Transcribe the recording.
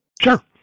Sure